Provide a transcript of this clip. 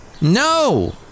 No